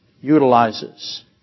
utilizes